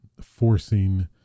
forcing